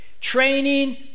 training